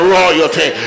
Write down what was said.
royalty